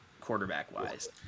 quarterback-wise